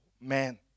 man